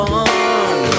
one